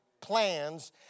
plans